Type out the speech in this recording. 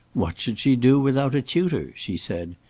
what should she do without a tutor? she said.